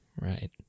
Right